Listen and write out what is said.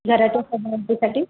घराच्या संबंधीसाठी